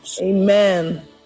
Amen